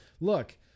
Look